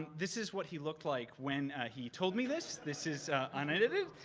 this is what he looked like when he told me this. this is unedited.